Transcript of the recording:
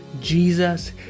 Jesus